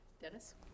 Dennis